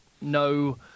no